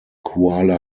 kuala